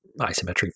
isometric